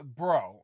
bro